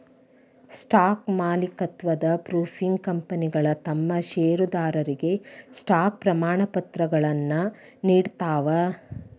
stock ಮಾಲೇಕತ್ವದ ಪ್ರೂಫ್ಗೆ ಕಂಪನಿಗಳ ತಮ್ ಷೇರದಾರರಿಗೆ ಸ್ಟಾಕ್ ಪ್ರಮಾಣಪತ್ರಗಳನ್ನ ನೇಡ್ತಾವ